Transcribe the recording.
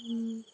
ହୁଁ